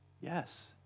Yes